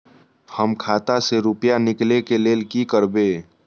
हम खाता से रुपया निकले के लेल की करबे?